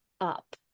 up